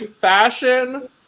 Fashion